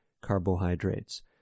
carbohydrates